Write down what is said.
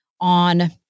on